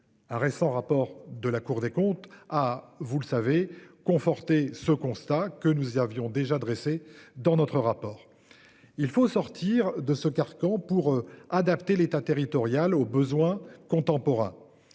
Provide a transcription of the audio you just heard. Un récent rapport de la Cour des comptes. Ah, vous le savez conforter ce constat que nous avions déjà dressé dans notre rapport. Il faut sortir de ce carcan pour adapter l'État territoriale aux besoins contemporains.